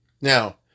Now